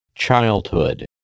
Childhood